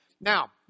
Now